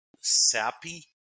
sappy